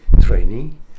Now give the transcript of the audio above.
training